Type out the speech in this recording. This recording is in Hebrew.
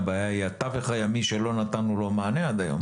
הבעיה היא התווך הימי שלא נתנו לו מענה עד היום